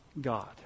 God